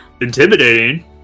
intimidating